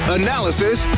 analysis